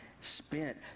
spent